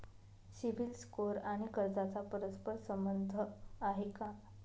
CIBIL score आणि कर्जाचा परस्पर संबंध आहे का?